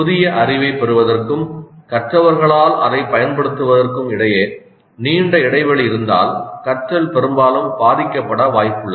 புதிய அறிவைப் பெறுவதற்கும் கற்றவர்களால் அதைப் பயன்படுத்துவதற்கும் இடையே நீண்ட இடைவெளி இருந்தால் கற்றல் பெரும்பாலும் பாதிக்கப்பட வாய்ப்புள்ளது